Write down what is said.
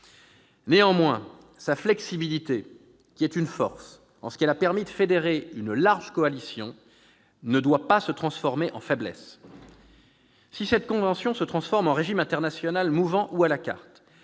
Néanmoins, sa flexibilité, qui est une force en ce qu'elle a permis de fédérer une large coalition, ne doit pas se transformer en faiblesse. Si cette convention se transforme en régime international mouvant, ou à la carte,